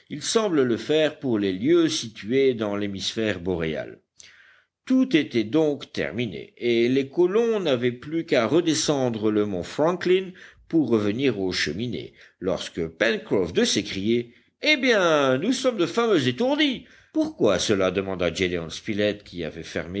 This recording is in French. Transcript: il semble le faire pour les lieux situés dans l'hémisphère boréal tout était donc terminé et les colons n'avaient plus qu'à redescendre le mont franklin pour revenir aux cheminées lorsque pencroff de s'écrier eh bien nous sommes de fameux étourdis pourquoi cela demanda gédéon spilett qui avait